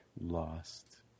Lost